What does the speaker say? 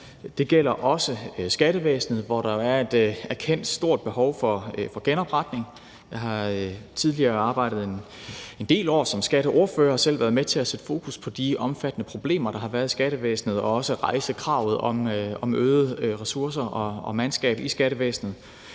Det gælder også skattevæsenet, hvor der jo er et erkendt stort behov for genopretning. Jeg har tidligere arbejdet en del år som skatteordfører og selv været med til at sætte fokus på de omfattende problemer, der har været i skattevæsenet, og også rejse kravet om øgede ressourcer og øget mandskab i skattevæsenet.